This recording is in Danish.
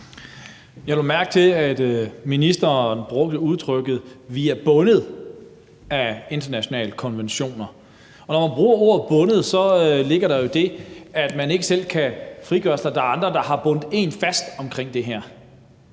Jeg lagde mærke til, at ministeren brugte udtrykket »vi er bundet af internationale konventioner«, og når man bruger ordet bundet, ligger der jo det i det, at man ikke selv kan frigøre sig: at der er andre, der har bundet en fast til det.